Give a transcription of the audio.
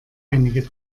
einige